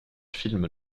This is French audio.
film